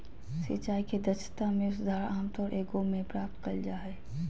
सिंचाई के दक्षता में सुधार आमतौर एगो में प्राप्त कइल जा हइ